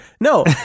no